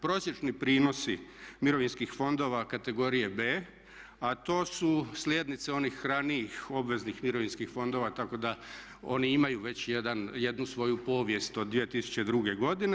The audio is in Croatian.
Prosječni prinosi mirovinskih fondova kategorije B, a to su slijednice onih ranijih obveznih mirovinskih fondova, tako da oni imaju već jednu svoju povijest od 2002. godine.